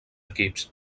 equips